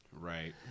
Right